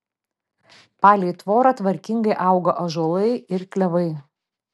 palei tvorą tvarkingai augo ąžuolai ir klevai